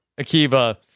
Akiva